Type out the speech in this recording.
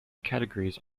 categories